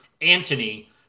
Antony